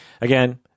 Again